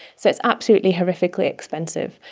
so it's absolutely horrifically expensive.